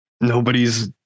Nobody's